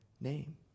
name